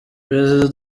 perezida